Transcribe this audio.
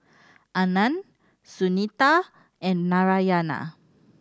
Anand Sunita and Narayana